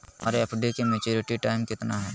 हमर एफ.डी के maturity time कितना है?